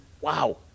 wow